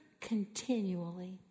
continually